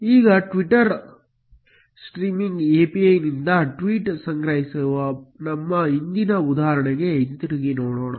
ಈಗ Twitter streaming API ನಿಂದ tweet ಸಂಗ್ರಹಣೆಯ ನಮ್ಮ ಹಿಂದಿನ ಉದಾಹರಣೆಗೆ ಹಿಂತಿರುಗಿ ನೋಡೋಣ